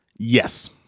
yes